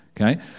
Okay